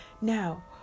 now